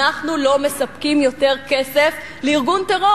אנחנו לא מספקים יותר כסף לארגון טרור